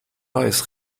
neues